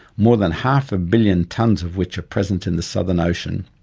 more than half a billion tonnes of which are present in the southern ocean,